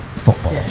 football